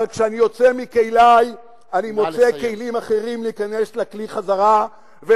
אבל כשאני יוצא מכלי אני מוצא כלים אחרים להיכנס לכלי חזרה,